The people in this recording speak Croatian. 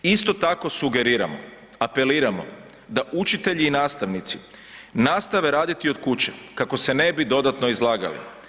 Isto tako sugeriramo, apeliramo da učitelji i nastavnici nastave raditi od kuće kako se ne bi dodatno izlagali.